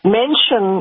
mention